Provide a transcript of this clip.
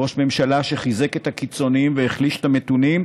ראש ממשלה שחיזק את הקיצונים והחליש את המתונים,